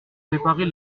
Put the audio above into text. réparer